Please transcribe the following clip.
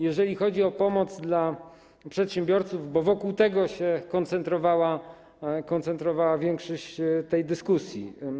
Jeżeli chodzi o pomoc dla przedsiębiorców, bo wokół tego się koncentrowała większa część tej dyskusji.